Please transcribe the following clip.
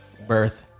Birth